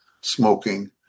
smoking